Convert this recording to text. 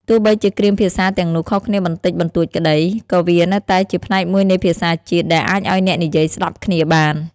ទោះបីជាគ្រាមភាសាទាំងនោះខុសគ្នាបន្តិចបន្តួចក្តី ក៏វានៅតែជាផ្នែកមួយនៃភាសាជាតិ ដែលអាចឲ្យអ្នកនិយាយស្តាប់គ្នាបាន។